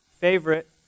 favorite